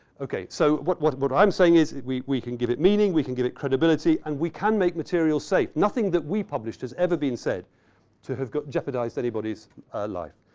ok. so, what what but i'm saying is we we can give it meaning. we can give it credibility. and we can make material safe. nothing that we published has ever been said to have jeopardized anybody's life.